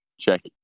check